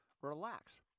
relax